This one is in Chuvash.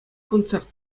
концерт